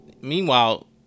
Meanwhile